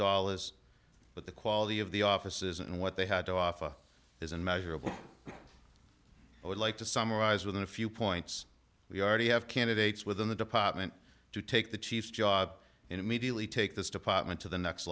dollars but the quality of the offices and what they had to offer is unmeasurable i would like to summarize within a few points we already have candidates within the department to take the chief job and immediately take this department to the next